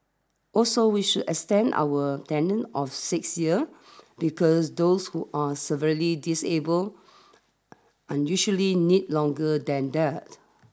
also we should extend our tenant of six year because those who are severely disable unusually need longer than that